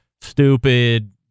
stupid